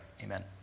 Amen